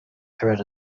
threat